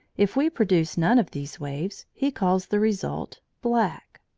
if we produce none of these waves, he calls the result black.